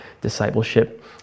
discipleship